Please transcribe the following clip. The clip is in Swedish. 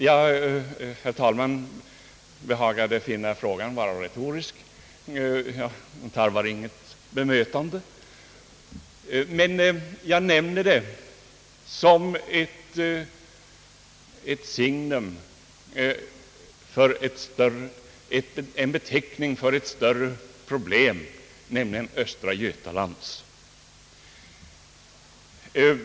Ja, herr talmannen behagade finna frågan vara retorisk. Den tarvar inget svar. Jag nämner Oskarshamn som ett signum för ett större problem, nämligen östra Götaland.